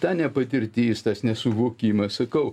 ta nepatirti tas nesuvokimas sakau